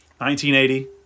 1980